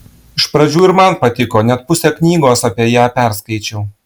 iš pradžių ir man patiko net pusę knygos apie ją perskaičiau